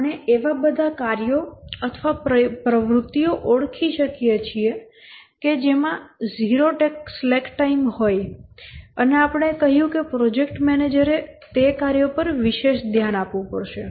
આપણે એવા બધા કાર્યો અથવા પ્રવૃત્તિઓ ઓળખી શકીએ કે જેમાં 0 સ્લેક ટાઇમ હોય અને આપણે કહ્યું કે પ્રોજેક્ટ મેનેજરે તે કાર્યો પર વિશેષ ધ્યાન આપવું પડશે